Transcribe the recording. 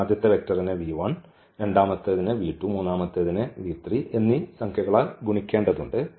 ഈ ആദ്യത്തെ വെക്റ്ററിനെ രണ്ടാമത്തേത് മൂന്നാമത്തേത് എന്നീ സംഖ്യകളാൽ ഗുണിക്കേണ്ടതുണ്ട്